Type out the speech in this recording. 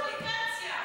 אפליקציה.